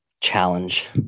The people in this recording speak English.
challenge